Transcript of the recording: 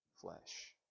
flesh